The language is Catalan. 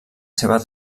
seva